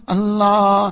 Allah